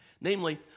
Namely